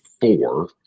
four